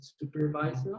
supervisor